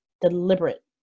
deliberate